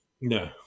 No